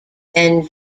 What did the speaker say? then